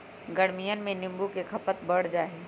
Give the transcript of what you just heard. गर्मियन में नींबू के खपत बढ़ जाहई